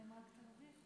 הם רק הרוויחו.